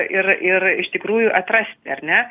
ir ir iš tikrųjų atrasti ar ne